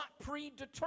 predetermined